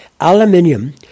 Aluminium